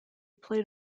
played